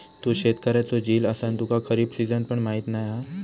तू शेतकऱ्याचो झील असान तुका खरीप सिजन पण माहीत नाय हा